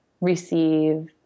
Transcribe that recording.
receive